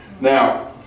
Now